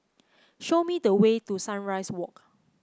show me the way to Sunrise Walk